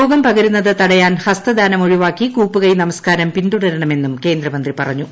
രോഗം പകരുന്നത് തടയാൻ ഹസ്തദാനം ഒഴിവാക്കി കൂപ്പുകൈ നമസ്ക്കാരം പിൻതുടരണമെന്നും കേന്ദ്രമന്ത്രി പറഞ്ഞു